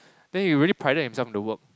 then he really prided in himself in the work